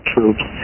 Troops